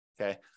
okay